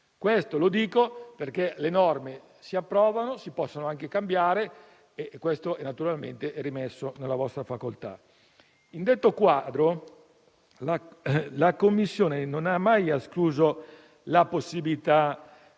avanti. Lo dico perché le norme si approvano, si possono anche cambiare e questo naturalmente è rimesso alla vostra facoltà. In detto quadro, la Commissione non ha mai escluso la possibilità